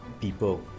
people